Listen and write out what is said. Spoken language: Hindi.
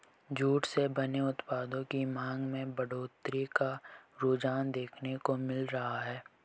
जूट से बने उत्पादों की मांग में बढ़ोत्तरी का रुझान देखने को मिल रहा है